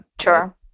Sure